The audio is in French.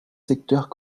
secteurs